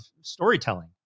storytelling